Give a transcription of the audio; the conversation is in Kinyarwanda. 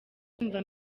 kumva